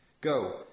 Go